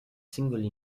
singoli